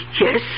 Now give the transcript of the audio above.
Yes